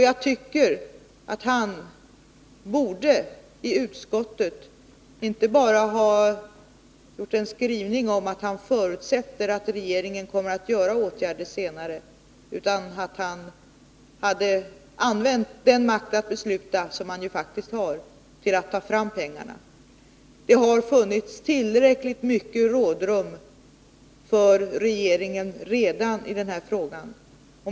Jag tycker också att Elver Jonsson i utskottet inte borde ha nöjt sig med en skrivning om att han förutsätter att regeringen senare kommer att vidta åtgärder utan även borde ha använt den makt att besluta som han ju faktiskt har till att ta fram pengarna. Regeringen har redan haft tillräckligt med rådrum i den här frågan.